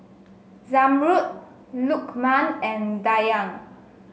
Zamrud Lukman and Dayang